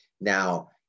Now